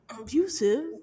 abusive